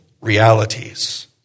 realities